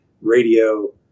radio